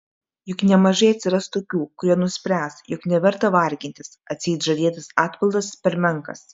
juk nemažai atsiras tokių kurie nuspręs jog neverta vargintis atseit žadėtas atpildas per menkas